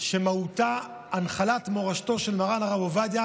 שמהותה הנחלת מורשתו של מרן הרב עובדיה